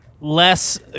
less